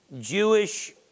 Jewish